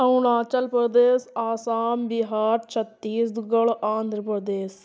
Arunachal Pradesh Assam Bihar Chhattisgarh Andhra Pradesh